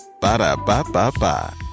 Ba-da-ba-ba-ba